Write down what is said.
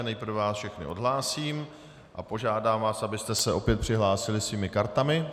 Nejprve vás všechny odhlásím a požádám vás, abyste se opět přihlásili svými kartami.